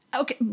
Okay